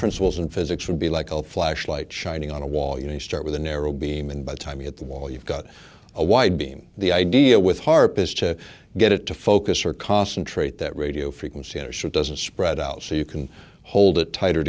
principles in physics would be like a flashlight shining on a wall you know you start with a narrow beam and by the time we hit the wall you've got a wide beam the idea with harp is to get it to focus or cost and trait that radio frequency in or should doesn't spread out so you can hold it tighter